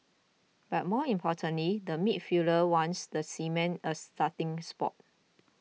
but more importantly the midfielder wants the cement a starting spot